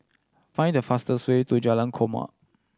find the fastest way to Jalan Korma